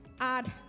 Add